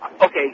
Okay